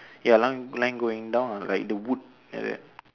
ya line line going down lah like the wood like that